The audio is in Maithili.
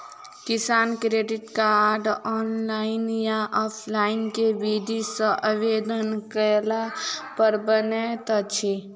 किसान क्रेडिट कार्ड, ऑनलाइन या ऑफलाइन केँ विधि सँ आवेदन कैला पर बनैत अछि?